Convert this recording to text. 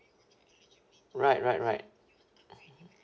right right right